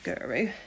guru